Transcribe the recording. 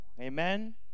amen